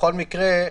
בכל מקרה,